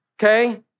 Okay